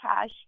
cash